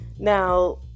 Now